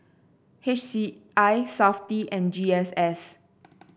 H C I Safti and G S S